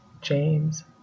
James